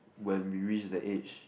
when we reach the age